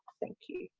thank you.